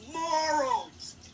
morals